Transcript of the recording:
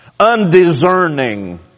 Undiscerning